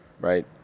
right